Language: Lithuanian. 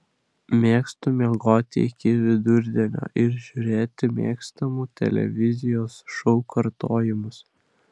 mėgstu miegoti iki vidurdienio ir žiūrėti mėgstamų televizijos šou kartojimus